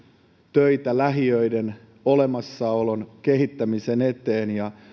töitä lähiöiden olemassaolon kehittämisen eteen ja